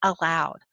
aloud